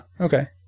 Okay